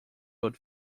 old